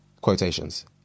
Quotations